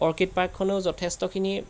orchid পাৰ্কখনেও যথেষ্টখিনি